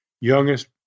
youngest